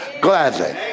gladly